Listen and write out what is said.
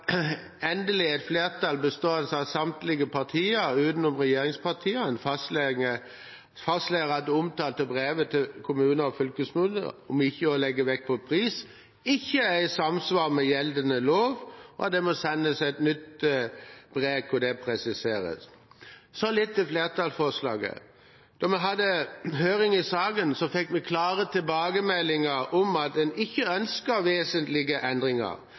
endelig er et flertall, bestående av samtlige partier utenom regjeringspartiene, som fastslår at det omtalte brevet til kommuner og fylkeskommuner om ikke å legge vekt på pris, ikke er i samsvar med gjeldende lov, og at det må sendes et nytt brev hvor det presiseres. Så litt til flertallsforslaget. Da vi hadde høring i saken, fikk vi klare tilbakemeldinger om at en ikke ønsket vesentlige endringer.